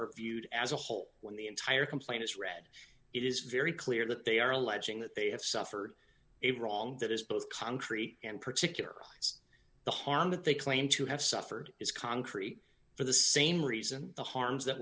are viewed as a whole when the entire complaint is read it is very clear that they are alleging that they have suffered a wrong that is both contrary and particularly the harm that they claim to have suffered is contrary for the same reason the harms that